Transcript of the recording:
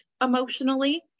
emotionally